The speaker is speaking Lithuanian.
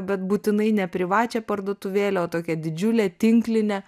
bet būtinai ne privačią parduotuvėlę o tokią didžiulę tinklinę